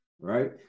Right